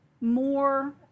more